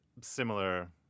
similar